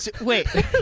wait